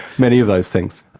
many of those things.